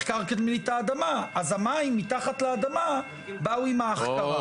החכרתם לי את האדמה אז המים מתחת לאדמה באו עם ההחכרה.